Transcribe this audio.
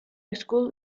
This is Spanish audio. school